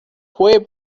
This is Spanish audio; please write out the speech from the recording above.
fue